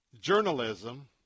Journalism